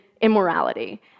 immorality